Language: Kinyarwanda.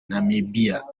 namibia